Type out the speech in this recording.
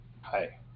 Hi